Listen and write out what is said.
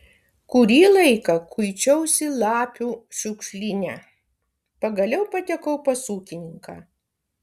kurį laiką kuičiausi lapių šiukšlyne pagaliau patekau pas ūkininką